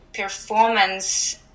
performance